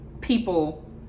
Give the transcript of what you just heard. people